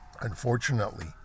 unfortunately